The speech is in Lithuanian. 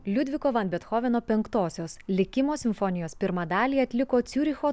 liudviko van bethoveno penktosios likimo simfonijos pirmą dalį atliko ciūricho